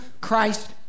Christ